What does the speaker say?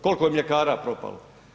Koliko je mljekara propalo.